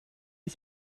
ich